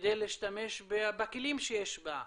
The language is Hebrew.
כדי להשתמש בכלים שיש בה,